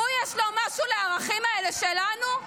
הוא יש לו משהו עם הערכים האלה שלנו,